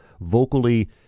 vocally